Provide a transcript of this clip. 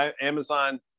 Amazon